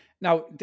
Now